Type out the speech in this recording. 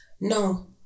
No